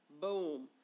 Boom